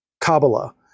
Kabbalah